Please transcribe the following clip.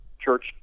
church